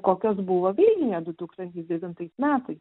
kokios buvo vilniuje du tūkstantis devintais metais